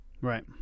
Right